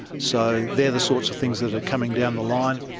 so they're the sorts of things that are coming down the line.